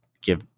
give